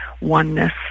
oneness